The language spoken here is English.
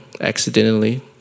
accidentally